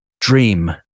Dream